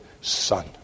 Son